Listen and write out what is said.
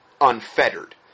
unfettered